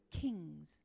kings